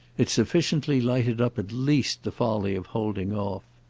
it sufficiently lighted up at least the folly of holding off.